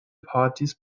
parties